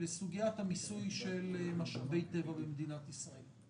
לסוגיית המיסוי של משאבי טבע במדינת ישראל.